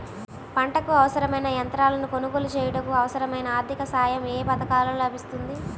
పంటకు అవసరమైన యంత్రాలను కొనగోలు చేయుటకు, అవసరమైన ఆర్థిక సాయం యే పథకంలో లభిస్తుంది?